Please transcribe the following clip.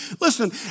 Listen